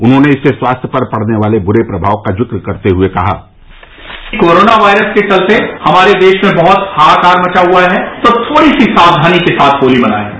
उन्होंने इससे स्वास्थ्य पर पड़ने वाले बुरे प्रभाव का जिक करते हुए कहा कोरोना वायरस के चलते हमारे देश में बहुत हाहाकार मचा हुआ है तो थोड़ी सी साक्वानी के साथ होती मनाये